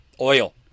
Oil